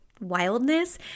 wildness